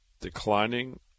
declining